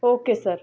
okay sir